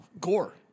gore